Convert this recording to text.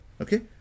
Okay